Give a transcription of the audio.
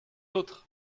autres